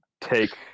take